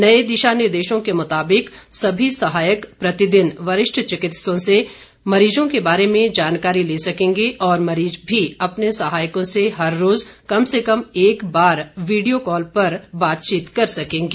नए दिशा निर्देशों के मुताबिक सभी सहायक प्रतिदिन वरिष्ठ चिकित्सकों से मरीजों के बारे में जानकारी ले सकेंगे और मरीज भी अपने सहायकों से हर रोज कम से कम एक बार वीडियो कॉल कर बातचीत कर सकेंगे